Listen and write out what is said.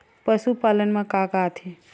पशुपालन मा का का आथे?